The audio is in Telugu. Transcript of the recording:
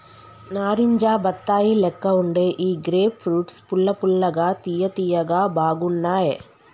నారింజ బత్తాయి లెక్క వుండే ఈ గ్రేప్ ఫ్రూట్స్ పుల్ల పుల్లగా తియ్య తియ్యగా బాగున్నాయ్